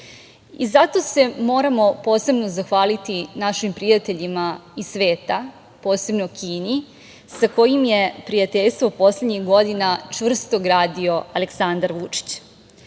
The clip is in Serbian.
Zato se moramo posebno zahvaliti našim prijateljima iz sveta, posebno Kini sa kojim je prijateljstvo poslednjih godina čvrsto gradio Aleksandar Vučić. Bili